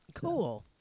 Cool